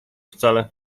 wcale